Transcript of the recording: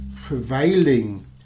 prevailing